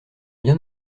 bien